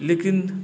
लेकिन